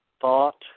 thought